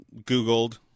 Googled